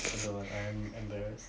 I don't want I am embarrassed